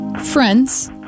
friends